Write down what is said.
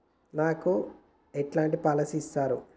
నాకు ఎలాంటి పాలసీ ఇస్తారు?